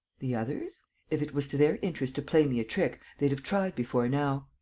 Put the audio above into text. the others? if it was to their interest to play me a trick, they'd have tried before now.